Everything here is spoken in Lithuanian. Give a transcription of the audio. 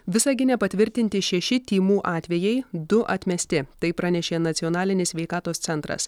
visagine patvirtinti šeši tymų atvejai du atmesti tai pranešė nacionalinis sveikatos centras